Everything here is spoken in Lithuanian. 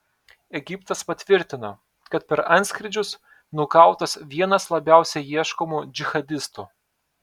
egiptas patvirtino kad per antskrydžius nukautas vienas labiausiai ieškomų džihadistų